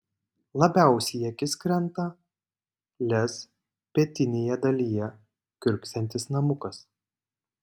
labiausiai į akis krenta lez pietinėje dalyje kiurksantis namukas